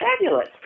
Fabulous